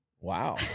Wow